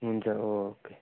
हुन्छ ओके